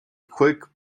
quick